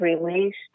released